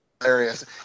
hilarious